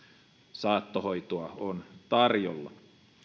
saattohoitoa on tarjolla